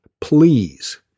please